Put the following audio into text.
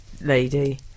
lady